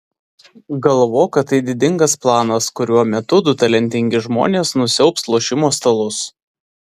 galvok kad tai didingas planas kurio metu du talentingi žmonės nusiaubs lošimo stalus